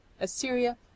Assyria